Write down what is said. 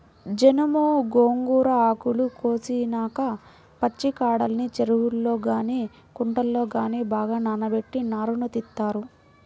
జనుము, గోంగూర ఆకులు కోసేసినాక పచ్చికాడల్ని చెరువుల్లో గానీ కుంటల్లో గానీ బాగా నానబెట్టి నారను తీత్తారు